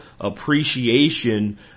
appreciation